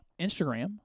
Instagram